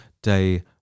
day